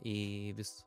į vis